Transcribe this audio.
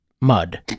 mud